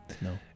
No